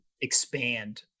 expand